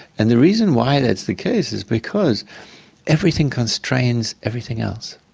and the reason why that's the case is because everything constrains everything else.